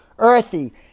Earthy